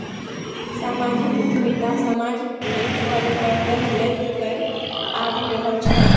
समाजिक उद्यमिता समाज मे परिबर्तन लए कए आबि रहल छै